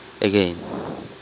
again